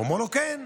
אומר לו: כן.